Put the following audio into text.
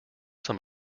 some